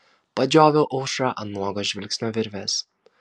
padžioviau aušrą ant nuogo žvilgsnio virvės